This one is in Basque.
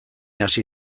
hasi